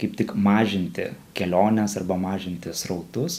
kaip tik mažinti keliones arba mažinti srautus